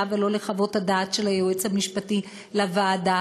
ולא לחוות הדעת של היועץ המשפטי לוועדה,